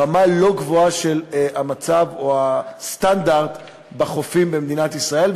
רמה לא גבוהה של הסטנדרט בחופים במדינת ישראל.